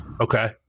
Okay